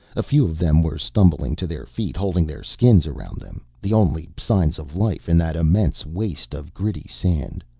a few of them were stumbling to their feet, holding their skins around them, the only signs of life in that immense waste of gritty sand.